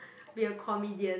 be a comedian